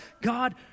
God